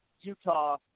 Utah